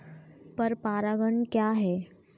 पर परागण क्या है?